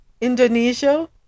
Indonesia